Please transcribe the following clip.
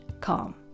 calm